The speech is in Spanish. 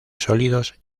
sólidos